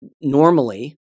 normally